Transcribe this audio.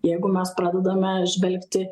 jeigu mes pradedame žvelgti